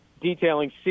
detailing